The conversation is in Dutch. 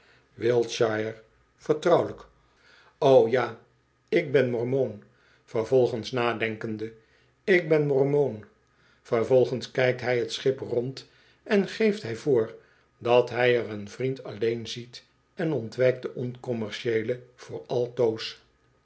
wiltshire vertrouwelijk o ja ik ben mormoon vervolgens nadenkende ik ben mormoon vervolgens kijkt hij het schip rond en geeft hy voor dat hij er een vriend alleen ziet en ontwijkt den oncommerdeele voor altoos